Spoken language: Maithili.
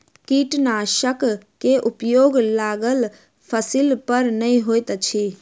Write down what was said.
कीटनाशकक उपयोग लागल फसील पर नै होइत अछि